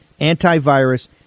antivirus